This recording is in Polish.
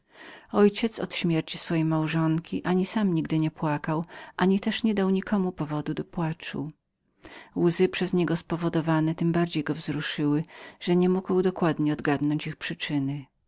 ojciec od śmierci swojej małżonki ani sam nigdy nie płakał ani też nie dał nikomu przyczyny do płaczu łzy przez niego spowodowane tem bardziej go wzruszyły że nie mógł dokładnie odgadnąć ich przyczyny